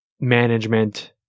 management